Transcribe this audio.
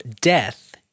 death